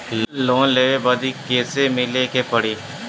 Loan लेवे बदी कैसे मिले के पड़ी?